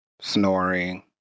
snoring